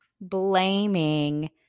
blaming